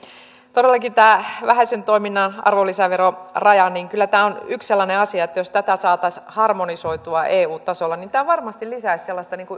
todellakin tämä vähäisen toiminnan arvonlisäveroraja on kyllä yksi sellainen asia että jos tätä saataisiin harmonisoitua eu tasolla niin tämä varmasti lisäisi sellaista